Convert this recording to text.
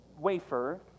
wafer